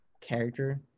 character